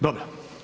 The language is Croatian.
Dobro.